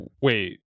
wait